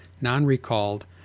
non-recalled